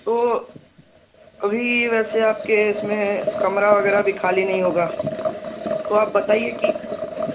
تو ابھی ویسے آپ کے اس میں کمرہ وغیرہ بھی خالی نہیں ہوگا تو آپ بتائیے کہ